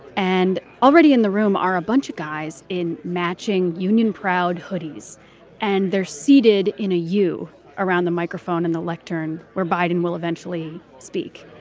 and already in the room are a bunch of guys in matching union proud hoodies and they're seated in a you around the microphone and the lectern where biden will eventually speak.